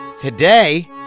today